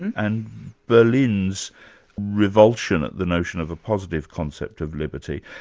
and berlin's revulsion at the notion of a positive concept of liberty,